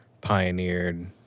pioneered